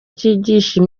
cyigisha